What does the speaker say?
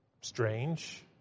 strange